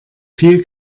viel